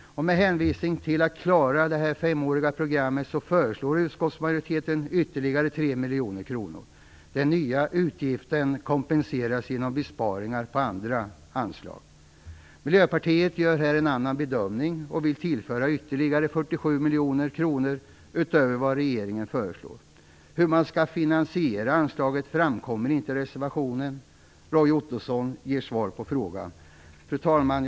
Med hänvisning till att man skall kunna klara det femåriga programmet föreslår utskottsmajoriteten ytterligare 3 miljoner kronor. Den nya utgiften kompenseras genom besparingar på andra anslag. Miljöpartiet gör här en annan bedömning och vill tillföra ytterligare 47 miljoner kronor utöver vad regeringen föreslår. Hur man skall finansiera anslaget framkommer inte i reservationen. Roy Ottosson ger svar på frågan. Fru talman!